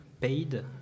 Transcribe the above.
paid